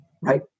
right